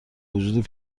وجود